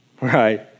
Right